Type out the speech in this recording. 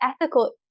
ethical